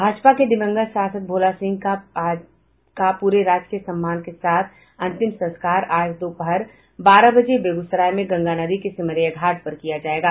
भाजपा के दिवंगत सांसद भोला सिंह का पूरे राजकीय सम्मान के साथ अंतिम संस्कार आज दोपहर बारह बजे बेगूसराय में गंगा नदी के सिमरिया घाट पर किया जायेगा